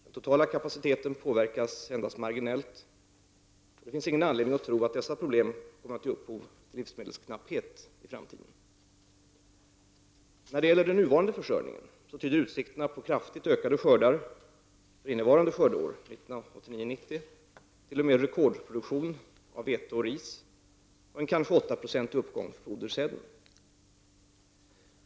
Den totala kapaciteten påverkas endast marginellt och det finns ingen anledning att tro att dessa problem kommer att ge upphov till livsmedelsknapphet i framtiden. När det gäller den nuvarande försörjningen tyder utsikterna på kraftigt ökade skördar för innevarande skördeår — t.o.m. rekordproduktion av vete och ris, och en kanske 8-procentig uppgång för fodersäden.